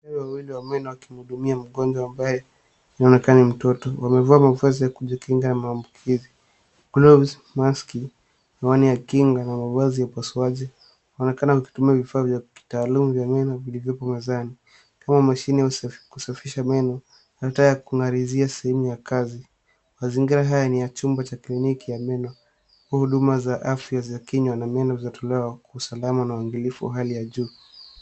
Madaktari wawili wa meno wakimhudumia mgonjwa ambaye anaonekana ni mtoto. Wamevaa mavazi ya kujikinga na maambukizi, gloves , maski, miwani ya kinga na mavazi ya upasuaji. Wanaonekana wakitumia vifaa vya kitaaluma vya meno vilivyopo mezani kama mashine ya kusafisha meno na taa ya kung'arizia sehemu ya kazi. Mazingira haya ni ya chumba cha kliniki ya meno. Huduma za afya za kinywa na meno zinatolewa kwa usalama na uangalifu wa hali ya juu.